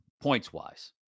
points-wise